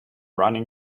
running